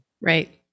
Right